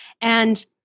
And-